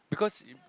because